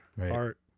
art